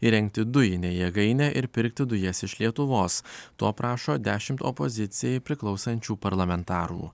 įrengti dujinę jėgainę ir pirkti dujas iš lietuvos prašo dešim opozicijai priklausančių parlamentarų